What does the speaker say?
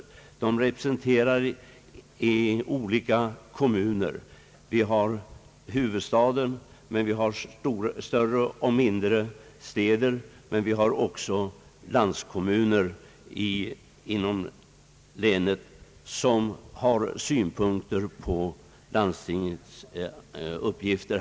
Ledamöterna representerar olika kommuner. Inom länet finns huvudstaden, flera större och mindre städer men också landskommuner, som har synpunkter på landstingets uppgifter.